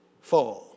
fall